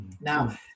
Now